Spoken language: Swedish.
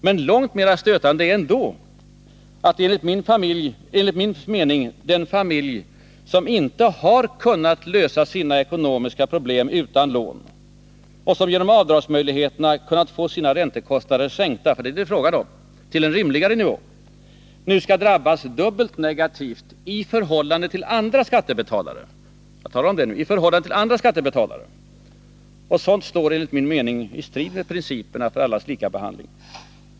Men långt mera stötande är ändå enligt min mening att den familj som inte har kunnat lösa sina ekonomiska problem utan lån och som genom avdragsmöjligheterna kunnat få sina räntekostnader sänkta till en rimligare nivå — det är vad det är fråga om — skall drabbas dubbelt negativt i förhållande till andra skattebetalare. Sådant står enligt min mening i strid med principen om allas likabehandling.